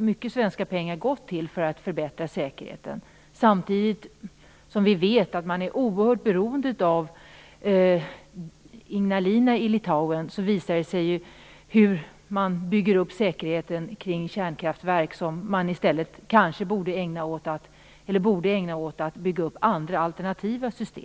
mycket svenska pengar som har gått till att förbättra säkerheten i det litauiska kärnkraftverket Ignalina, och man är i Litauen oerhört beroende av Ignalina. Men i stället för att bygga upp säkerheten kring kärnkraftverk borde man kanske ägna sig åt att bygga upp alternativa system.